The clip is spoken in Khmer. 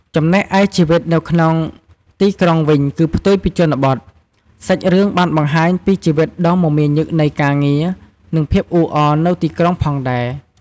ចំណែកឯជីវិតនៅក្នុងទីក្រុងវិញគឺផ្ទុយពីជនបទ សាច់រឿងបានបង្ហាញពីជីវិតដ៏មមាញឹកនៃការងារ និងភាពអ៊ូអរនៅទីក្រុងផងដែរ ។